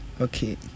Okay